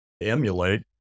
emulate